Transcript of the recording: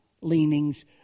leanings